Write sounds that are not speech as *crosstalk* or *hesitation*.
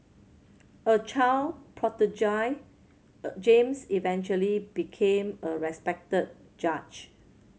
a child prodigy *hesitation* James eventually became a respected judge